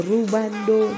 Rubando